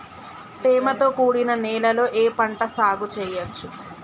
తేమతో కూడిన నేలలో ఏ పంట సాగు చేయచ్చు?